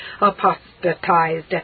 apostatized